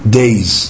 days